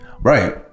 Right